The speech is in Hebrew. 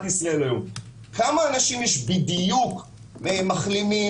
ישראל היום והוא כמה אנשים יש בדיוק והם מחלימים,